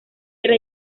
era